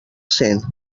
cent